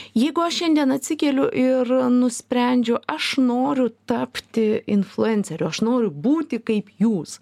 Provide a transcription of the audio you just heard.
jeigu aš šiandien atsikėliau ir nusprendžiau aš noriu tapti influenceriu aš noriu būti kaip jūs